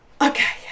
okay